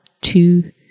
two